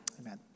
Amen